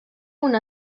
una